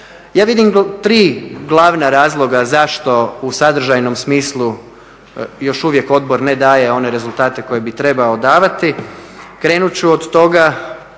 Ja vidim tri glavna razloga zašto u sadržajnom smislu još uvijek odbor ne daje one rezultate koje bi trebao davati. Krenut ću od toga